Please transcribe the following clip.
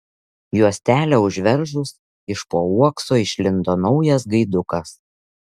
juostelę užveržus iš po uokso išlindo naujas gaidukas